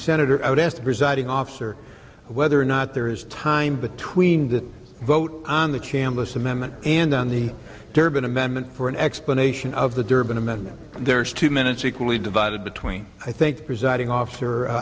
senator out asked presiding officer whether or not there is time between the vote on the chambliss amendment and on the durbin amendment for an explanation of the durbin amendment there's two minutes equally divided between i think presiding officer